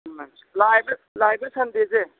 ꯂꯥꯛꯂꯤꯕ ꯂꯥꯛꯂꯤꯕ ꯁꯟꯗꯦꯁꯦ